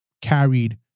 carried